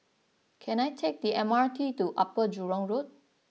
can I take the M R T to Upper Jurong Road